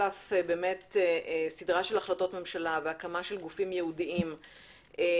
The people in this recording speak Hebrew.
על אף סדרה של החלטות ממשלה והקמה של גופים ייעודיים לביצוע